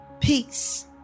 peace